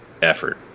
effort